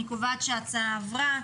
אני קובעת שההצעה עברה.